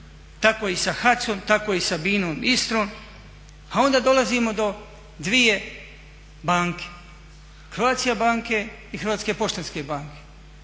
Tako i sa HAC-om, tako i sa BINA Istra. A onda dolazimo do dvije banke Croatia banke i Hrvatske poštanske banke.